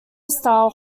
style